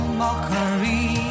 mockery